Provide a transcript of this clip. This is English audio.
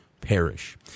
perish